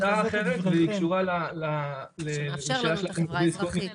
הצעה אחרת והיא קשורה -- שמאפשר לנו את החברה האזרחית.